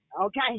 okay